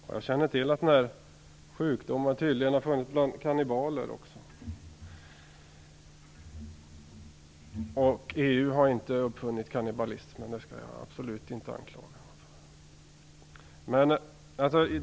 Herr talman! Jag känner till att den här sjukdomen tydligen har funnits bland kannibaler också. Och EU har inte uppfunnit kannibalismen - det skall jag absolut inte anklaga det för.